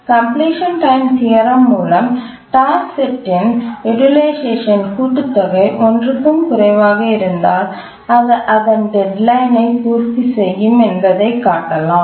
கம்லிஷன் time theorem மூலம் task set ன் utilisation கூட்டு தொகை 1 க்கும் குறைவாக இருந்தால் அது அதன் டெட்லைன் ஐ பூர்த்தி செய்யும் என்பதைக் காட்டலாம்